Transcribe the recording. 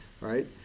right